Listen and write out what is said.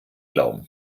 glauben